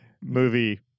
movie